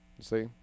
see